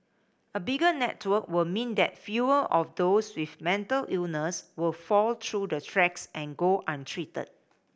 a bigger network will mean that fewer of those with mental illness would fall through the tracks and go untreated